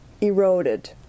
eroded